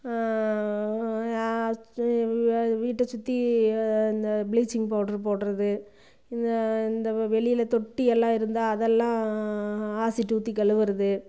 வீட்டை சுற்றி இந்த பிளிச்சீங் பவுடர் போடுறது இந்த இந்த வெளியில் தொட்டியெல்லாம் இருந்தால் அதெல்லாம் ஆசிட் ஊற்றி கழுவுவது